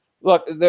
look